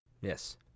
Yes